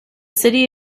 city